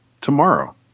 tomorrow